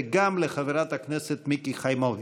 וגם לחברת הכנסת מיקי חיימוביץ'.